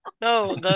No